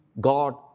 God